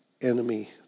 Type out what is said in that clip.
enemy